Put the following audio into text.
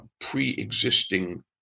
pre-existing